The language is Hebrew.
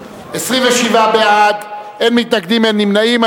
27 בעד, אין מתנגדים, אין נמנעים.